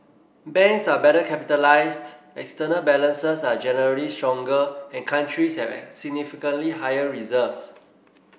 banks are better capitalised external balances are generally stronger and countries have significantly higher reserves